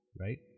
right